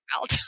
out